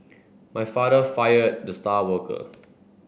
my father fired the star worker